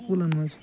سکولَن مَنٛز